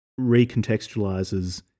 recontextualizes